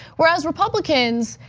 whereas republicans,